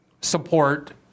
support